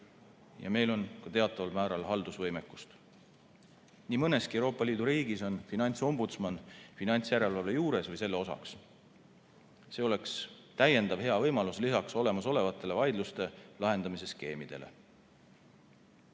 ja meil on ka teataval määral haldusvõimekust. Nii mõneski Euroopa Liidu riigis on finantsombudsman finantsjärelevalve juures või selle osa. See oleks täiendav hea võimalus lisaks olemasolevatele vaidluste lahendamise skeemidele.